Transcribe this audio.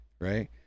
Right